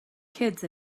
kids